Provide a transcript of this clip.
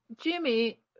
Jimmy